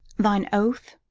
thine oath?